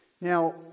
Now